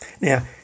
Now